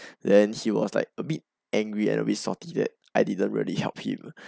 then he was like a bit angry and a bit sobby that I didn't really help him